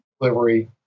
delivery